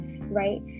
right